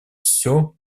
все